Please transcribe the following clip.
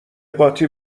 قاطی